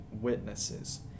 witnesses